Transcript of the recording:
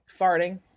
farting